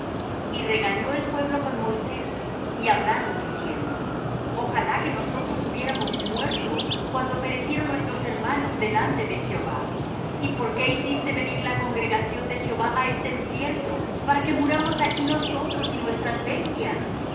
y regañó el pueblo con moisés y hablaron diciendo ojalá que nosotros hubiéramos muerto cuando perecieron nuestros hermanos delante de jehová y por qué hiciste venir la congregación de jehová á este desierto para que muramos aquí nosotros y nuestras bestias